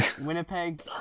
Winnipeg